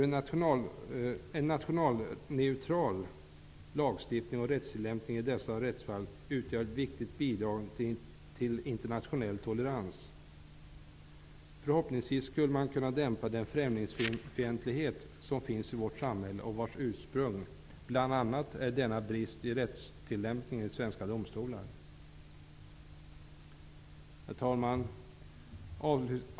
En nationalneutral lagstiftning och rättstillämpning i dessa rättsfall utgör ett viktigt bidrag till internationell tolerans. Förhoppningsvis skulle man kunna dämpa den främlingsfientlighet som finns i vårt samhälle och vars ursprung bl.a. är denna brist i rättstillämpningen vid svenska domstolar. Herr talman!